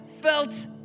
felt